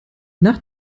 nach